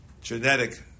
Genetic